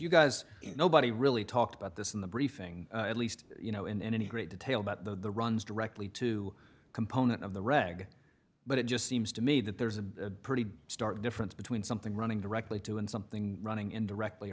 you guys nobody really talked about this in the briefing at least you know in any great detail about the runs directly to component of the reg but it just seems to me that there's a pretty stark difference between something running directly to and something running in directly